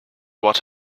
what